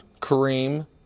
Kareem